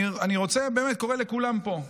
אני קורא לכולם פה,